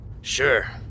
Sure